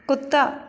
ਕੁੱਤਾ